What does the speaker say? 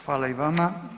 Hvala i vama.